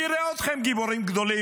נראה אתכם גיבורים גדולים,